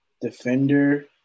defender